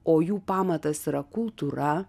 o jų pamatas yra kultūra